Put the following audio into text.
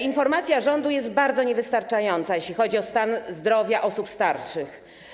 Informacja rządu jest bardzo niewystarczająca, jeśli chodzi o stan zdrowia osób starszych.